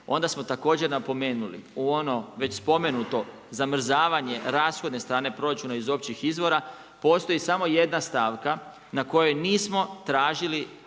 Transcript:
onda smo također napomenuli u onom već spomenuto zamrzavanje rashodne strane proračuna iz općih izvora, postoji samo jedna stavka na kojoj nismo tražili